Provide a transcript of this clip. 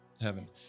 heaven